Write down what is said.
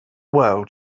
world